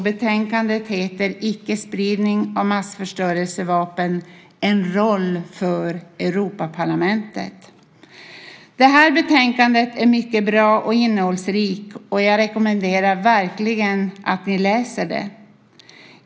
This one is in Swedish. Betänkandet heter Icke-spridning av massförstörelsevapen: En roll för Europaparlamentet . Det betänkandet är mycket bra och innehållsrikt. Jag rekommenderar verkligen att ni läser det.